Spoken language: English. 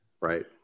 right